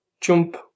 jump